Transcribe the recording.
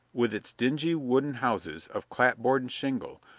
with its dingy wooden houses of clapboard and shingle,